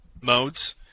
modes